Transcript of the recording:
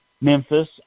Memphis